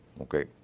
Okay